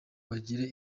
bagire